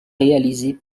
réalisés